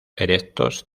erectos